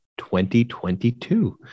2022